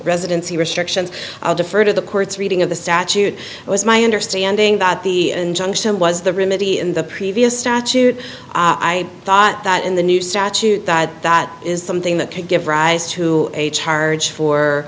residency restriction i'll defer to the court's reading of the statute was my understanding that the injunction was the remit he in the previous statute i thought that in the new statute that is something that could give rise to a charge for